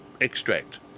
extract